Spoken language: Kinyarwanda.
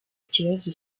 ikibazo